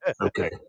Okay